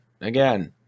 Again